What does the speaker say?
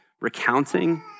recounting